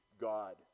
God